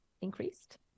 increased